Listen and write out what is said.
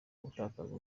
gutakaza